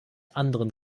anderen